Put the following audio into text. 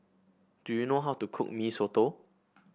do you know how to cook Mee Soto